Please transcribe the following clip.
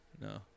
No